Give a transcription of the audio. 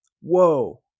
Whoa